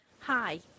Hi